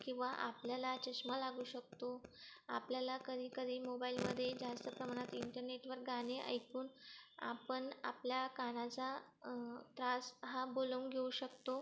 किंवा आपल्याला चष्मा लागू शकतो आपल्याला कधी कधी मोबाईलमधे जास्त प्रमाणात इंटरनेटवर गाणे ऐकून आपण आपल्या कानाचा त्रास हा बोलवून घेऊ शकतो